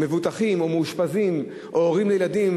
מבוטחים או מאושפזים או הורים לילדים,